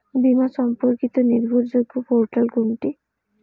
বীমা সম্পর্কিত নির্ভরযোগ্য পোর্টাল কোনটি?